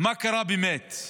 מה קרה באמת,